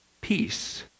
Peace